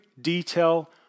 detail